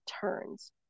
turns